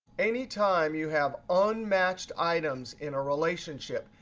anytime you have unmatched items in a relationship,